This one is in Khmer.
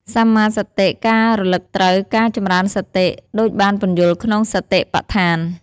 សម្មាសតិ ការរលឹកត្រូវ ការចម្រើនសតិ ដូចបានពន្យល់ក្នុងសតិប្បដ្ឋាន។